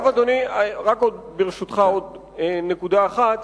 ברשותך, אדוני, רק עוד נקודה אחת.